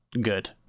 good